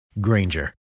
Granger